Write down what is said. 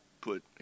put